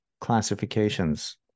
classifications